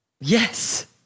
Yes